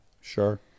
sure